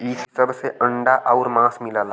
इ सब से अंडा आउर मांस मिलला